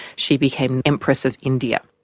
she became empress of india.